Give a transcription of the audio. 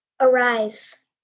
Arise